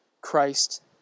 Christ